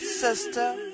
Sister